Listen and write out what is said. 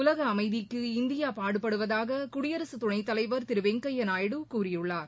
உலக அமைதிக்கு இந்தியா பாடுபடுவதாக குடியரசுத் துணை தலைவர் திரு வெங்கைய்யா நாயுடு கூறியுள்ளார்